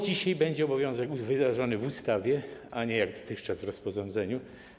Dzisiaj będzie to już obowiązek wyrażony w ustawie, a nie jak dotychczas w rozporządzeniu.